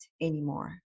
anymore